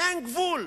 אין גבול.